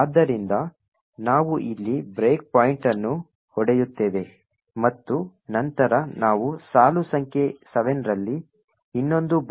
ಆದ್ದರಿಂದ ನಾವು ಇಲ್ಲಿ ಬ್ರೇಕ್ ಪಾಯಿಂಟ್ ಅನ್ನು ಹೊಡೆಯುತ್ತೇವೆ ಮತ್ತು ನಂತರ ನಾವು ಸಾಲು ಸಂಖ್ಯೆ 7 ರಲ್ಲಿ ಇನ್ನೊಂದು ಬ್ರೇಕ್ ಪಾಯಿಂಟ್ ಅನ್ನು ಹಾಕುತ್ತೇವೆ